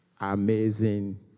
Amazing